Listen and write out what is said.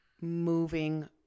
moving